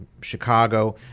Chicago